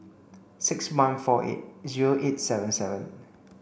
six one four eight zero eight seven seven